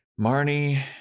Marnie